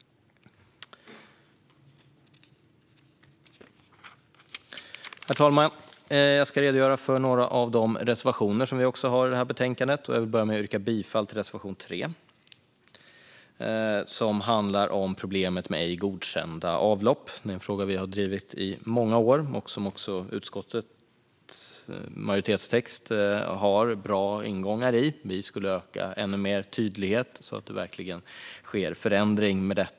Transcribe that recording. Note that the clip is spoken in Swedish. Herr talman! Jag ska redogöra för ett par av de reservationer som vi har i betänkandet. Jag vill börja med att yrka bifall till reservation 3, som handlar om problemet med ej godkända avlopp. Det är en fråga som vi har drivit i många år. Det finns bra ingångar i utskottets majoritetstext när det gäller den, men vi skulle önska ännu mer tydlighet, så att det verkligen sker en förändring.